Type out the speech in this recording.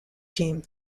team